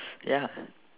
ya